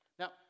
Now